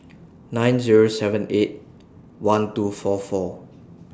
nine Zero seven eight one two four four